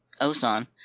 Osan